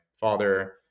father